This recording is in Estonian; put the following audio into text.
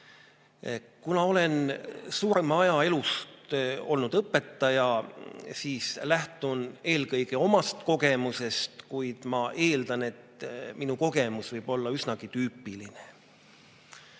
Kuna olen suurema aja elust olnud õpetaja, siis lähtun eelkõige omast kogemusest, kuid ma eeldan, et minu kogemus võib olla üsnagi tüüpiline. Märksõna,